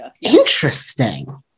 Interesting